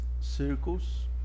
circles